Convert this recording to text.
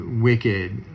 wicked